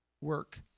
work